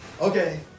okay